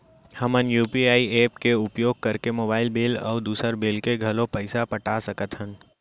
हमन UPI app के उपयोग करके मोबाइल बिल अऊ दुसर बिल के घलो पैसा पटा सकत हन